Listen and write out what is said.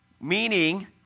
meaning